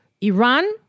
Iran